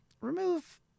remove